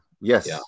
yes